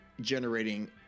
generating